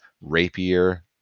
rapier